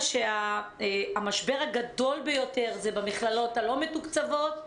המשבר הגדול ביותר הוא במכללות הלא מתוקצבות,